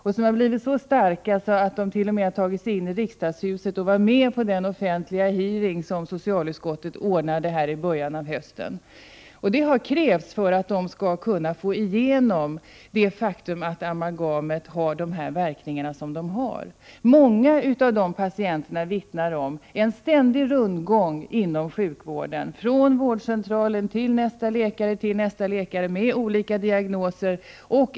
De har blivit så starka att de t.o.m. tagit sig in i riksdagshuset och varit med på den offentliga utfrågning som socialutskottet ordnade i början av hösten. Det har krävts för att de skulle få gehör för det faktum att amalgamet har de verkningar som det har. Många av dessa patienter vittnar om en ständig rundgång inom sjukvården, från vårdcentralen till nästa läkare och nästa läkare med olika diagnoser.